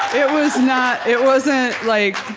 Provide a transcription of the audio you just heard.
it was not it wasn't like